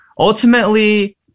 Ultimately